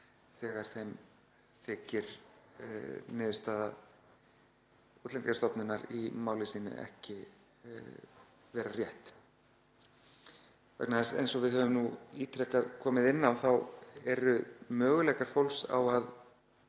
þegar þeim þykir niðurstaða Útlendingastofnunar í máli sínu ekki vera rétt. Eins og við höfum ítrekað komið inn á eru möguleikar fólks á að